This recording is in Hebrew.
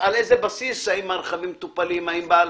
האם הרכבים מטופלים.